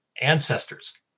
ancestors